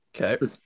okay